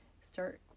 start